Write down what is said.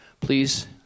Please